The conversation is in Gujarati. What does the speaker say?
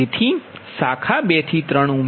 તેથી શાખા 2 થી 3 ઉમેરો